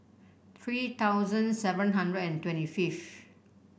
three thousand seven hundred and twenty fifth